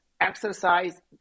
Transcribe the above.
exercise